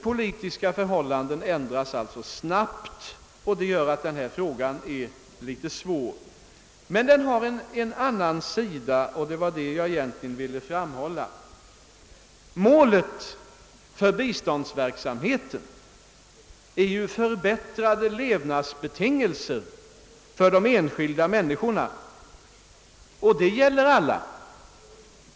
Politiska förhållanden kan snabbt ändras, vilket gör frågan svår. Spörsmålet har emellertid en annan sida, och det var den jag egentligen ville framhålla. Målet för biståndsverksamheten är ju förbättrade levnadsbetingelser för de enskilda människorna, och det gäller alla individer.